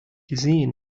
gesehen